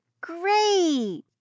Great